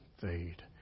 fade